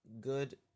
good